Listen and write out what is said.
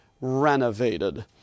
renovated